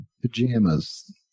pajamas